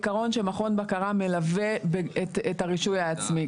אנחנו לא סוטים מהעיקרון שמכון בקרה מלווה את הרישוי העצמי.